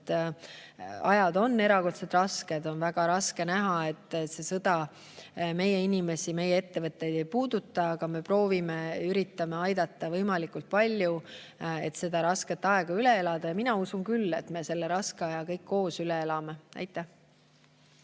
et ajad on erakordselt rasked. On väga raske näha, et sõda meie inimesi, meie ettevõtteid ei puuduta, aga me üritame aidata võimalikult palju, et seda rasket aega üle elada. Mina usun küll, et me selle raske aja kõik koos üle elame. ...